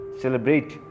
celebrate